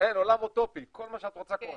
בעולם אוטופי, כל מה שאת רוצה קורה.